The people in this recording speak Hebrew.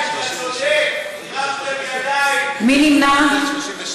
מי נמנע?